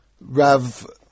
Rav